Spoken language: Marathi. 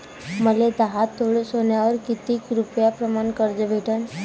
मले दहा तोळे सोन्यावर कितीक रुपया प्रमाण कर्ज भेटन?